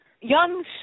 young